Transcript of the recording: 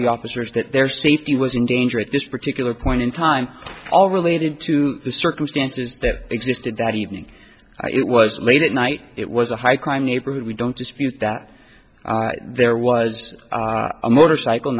the officers that their safety was in danger at this particular point in time all related to the circumstances that existed that evening it was late at night it was a high crime neighborhood we don't dispute that there was a motorcycle